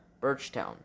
Birchtown